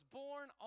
born